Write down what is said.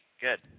Good